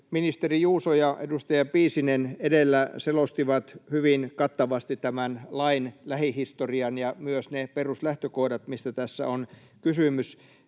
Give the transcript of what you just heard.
Ministeri Juuso ja edustaja Piisinen edellä selostivat hyvin kattavasti tämän lain lähihistorian ja myös ne peruslähtökohdat, mistä tässä on kysymys.